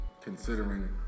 considering